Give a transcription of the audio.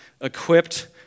equipped